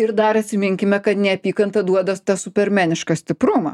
ir dar atsiminkime kad neapykanta duoda tą supermenišką stiprumą